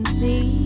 see